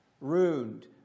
ruined